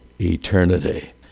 eternity